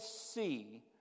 see